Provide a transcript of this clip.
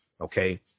okay